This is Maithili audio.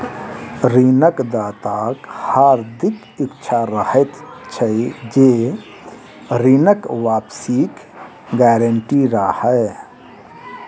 ऋण दाताक हार्दिक इच्छा रहैत छै जे ऋणक वापसीक गारंटी रहय